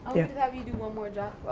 yeah have you do one more drop.